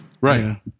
Right